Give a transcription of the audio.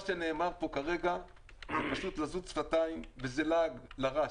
שנאמר פה כרגע זה פשוט לזות שפתיים וזה לעג לרש.